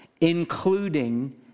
including